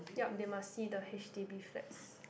yup they must see the H_D_B flats